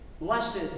Blessed